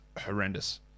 horrendous